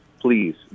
Please